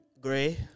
Gray